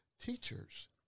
teachers